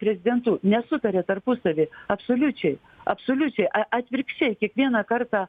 prezidentu nesutaria tarpusavy absoliučiai absoliučiai atvirkščiai kiekvieną kartą